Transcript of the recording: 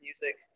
music